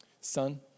Son